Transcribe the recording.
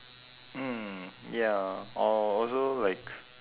mm ya or also like